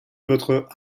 votre